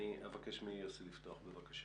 בוקר טוב.